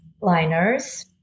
liners